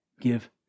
give